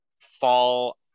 fall